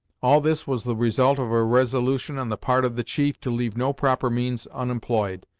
all this was the result of a resolution on the part of the chief to leave no proper means unemployed,